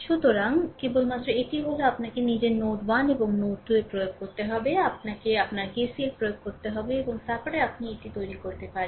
সুতরাং কেবলমাত্র এটি হল আপনাকে নিজের নোড 1 এবং নোড 2 এ প্রয়োগ করতে হবে আপনাকে আপনার KCL প্রয়োগ করতে হবে এবং তার পরে আপনি এটি তৈরি করতে পারেন